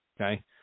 Okay